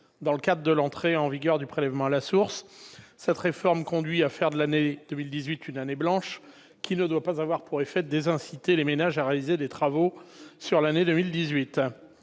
dans le cadre de l'entrée en vigueur du prélèvement à la source. Cette réforme conduit à faire de l'année 2018 une « année blanche », mais cela ne doit pas avoir pour effet de « désinciter » les ménages à réaliser des travaux sur l'année 2018.